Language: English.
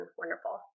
wonderful